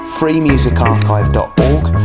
freemusicarchive.org